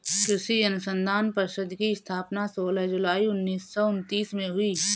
कृषि अनुसंधान परिषद की स्थापना सोलह जुलाई उन्नीस सौ उनत्तीस में हुई